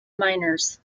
miners